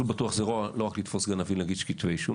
"מסלול בטוח" זה לא רק לתפוס גנבים ולהגיש כתבי אישום,